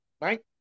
right